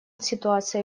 ситуация